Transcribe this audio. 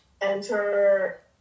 enter